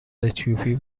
اتیوپی